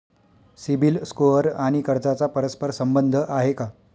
CIBIL score आणि कर्जाचा परस्पर संबंध आहे का?